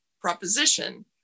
proposition